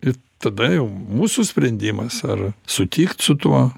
ir tada jau mūsų sprendimas ar sutikt su tuo